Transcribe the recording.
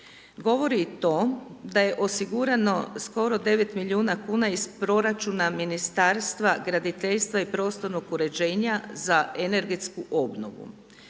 govori i to da je osigurano skoro 9 milijuna kuna iz proračuna Ministarstva graditeljstva i prostornog uređenja za energetsku obnovu,